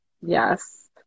yes